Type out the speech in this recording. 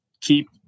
keep